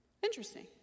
interesting